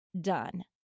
done